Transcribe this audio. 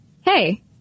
hey